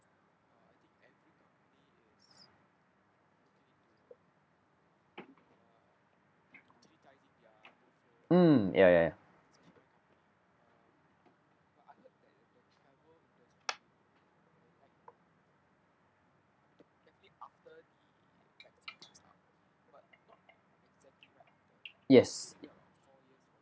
mm ya ya ya yes